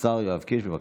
השר יואב קיש, בבקשה.